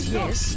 yes